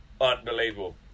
Unbelievable